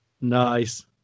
Nice